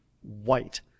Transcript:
white